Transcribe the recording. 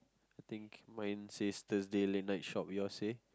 I think mine says Thursday late night shop yours say